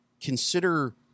consider